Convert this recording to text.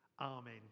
amen